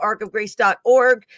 arcofgrace.org